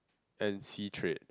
and sea trade